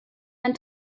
ein